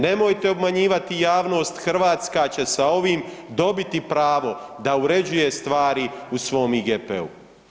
Nemojte obmanjivati javnost, Hrvatska će sa ovim dobiti pravo da uređuje stvari u svom IGP-u.